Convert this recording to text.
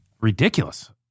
ridiculous